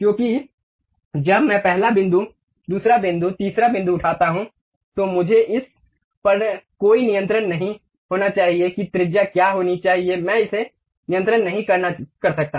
क्योंकि जब मैं पहला बिंदु दूसरा बिंदु तीसरा बिंदु उठाता हूं तो मुझे इस पर कोई नियंत्रण नहीं होना चाहिए कि त्रिज्या क्या होनी चाहिए मैं इसे नियंत्रित नहीं कर सकता